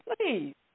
Please